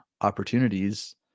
opportunities